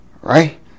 Right